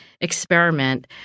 experiment